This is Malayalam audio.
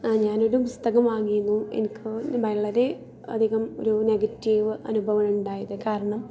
ഞാൻ ഒരു പുസ്തകം വാങ്ങിയിരുന്നു എനിക്ക് വളരെ അധികം ഒരു നെഗറ്റീവ് അനുഭവം ഉണ്ടായത് കാരണം